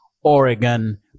oregon